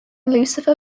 lucifer